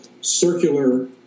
circular